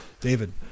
David